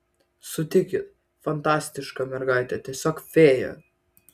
sutikit fantastiška mergaitė tiesiog fėja